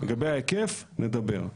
לגבי ההיקף נדבר.